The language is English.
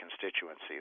constituency